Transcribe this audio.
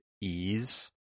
ease